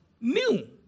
New